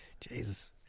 Jesus